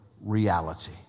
reality